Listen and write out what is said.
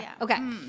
Okay